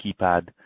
keypad